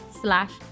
slash